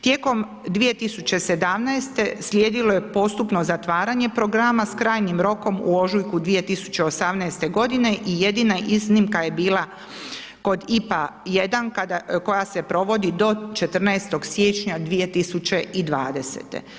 Tijekom 2017. slijedilo je postupno zatvaranje programa s krajnjim rokom u ožujku 2018. godine i jedina iznimka je bila kod IPA 1 koja se provodi do 14. siječnja 2020.